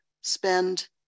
spend